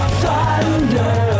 thunder